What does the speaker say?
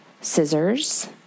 scissors